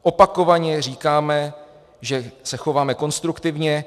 Opakovaně říkáme, že se chováme konstruktivně.